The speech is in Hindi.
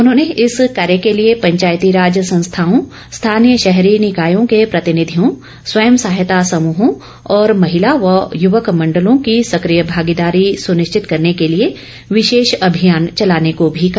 उन्होंने इस कार्य के लिए पंचायतीराज संस्थाओं स्थानीय शहरी निकायों के प्रतिनिधियों स्वयं सहायता समूहों और महिला व युवक मंडलों की सक्रिय भागीदारी सुनिश्चित करने के लिए विशेष अभियान चलाने को भी कहा